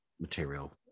material